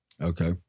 Okay